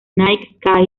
night